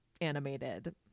animated